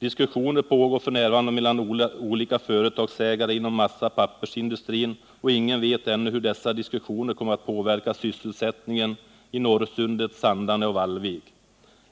Diskussioner pågår f. n. mellan olika företagsägare inom massaoch pappersindustrin, och ingen vet ännu hur dessa diskussioner kommer att påverka sysselsättningen i Norrsundet, Sandarne och Vallvik.